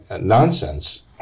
nonsense